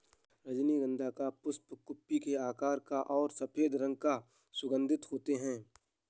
रजनीगंधा का पुष्प कुप्पी के आकार का और सफेद रंग का सुगन्धित होते हैं